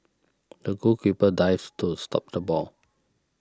the goalkeeper dived to stop the ball